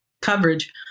coverage